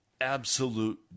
absolute